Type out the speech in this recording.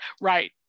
Right